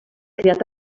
creat